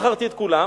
מכרתי את כולם,